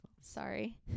Sorry